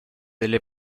delle